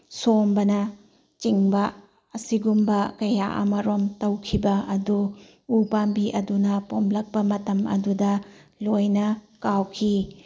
ꯁꯣꯝꯕꯅꯆꯤꯡꯕ ꯑꯁꯤꯒꯨꯝꯕ ꯀꯌꯥ ꯑꯃꯔꯣꯝ ꯇꯧꯈꯤꯕ ꯑꯗꯨ ꯎ ꯄꯥꯝꯕꯤ ꯑꯗꯨꯅ ꯄꯣꯝꯂꯛꯄ ꯃꯇꯝ ꯑꯗꯨꯗ ꯂꯣꯏꯅ ꯀꯥꯎꯈꯤ